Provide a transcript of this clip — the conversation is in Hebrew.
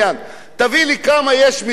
תביא לי כמה מתוכם יהודים.